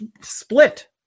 split